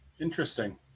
interesting